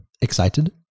excited